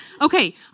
Okay